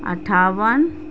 اٹھاون